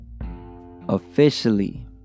officially